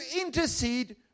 intercede